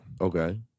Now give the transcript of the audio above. Okay